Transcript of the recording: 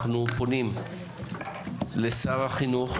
אנחנו פונים לשר החינוך,